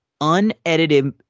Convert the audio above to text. Unedited